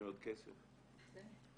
שיותר בתי ספר,